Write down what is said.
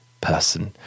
person